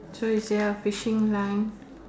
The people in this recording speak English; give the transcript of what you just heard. so is there a fishing line